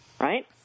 right